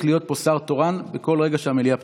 להיות פה שר תורן בכל רגע שהמליאה פתוחה.